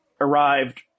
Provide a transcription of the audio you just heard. arrived